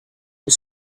was